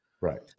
Right